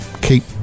keep